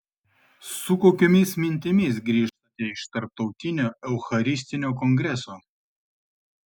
su kokiomis mintimis grįžtate iš tarptautinio eucharistinio kongreso